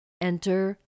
Enter